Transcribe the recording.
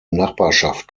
nachbarschaft